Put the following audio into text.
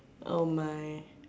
oh my